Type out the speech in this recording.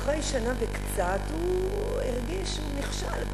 אחרי שנה וקצת הוא הרגיש שהוא נכשל,